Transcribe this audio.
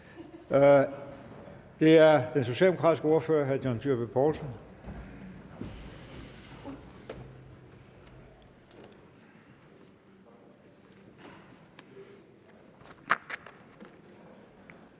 Det er den socialdemokratiske ordfører, hr. John Dyrby Paulsen.